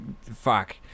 fuck